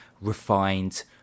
refined